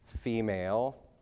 female